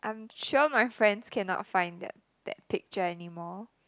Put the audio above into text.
I'm sure my friends cannot find that that picture anymore